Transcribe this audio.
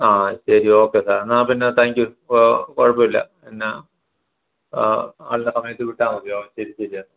ആ ശരി okay sir എന്നാൽപിന്നെ താങ്ക് യു കുഴപ്പം ഇല്ല പിന്നെ ആളിനെ സമയത്ത് വിട്ടാൽമതി ഓക്കെ ശരി ശരി എന്നാൽ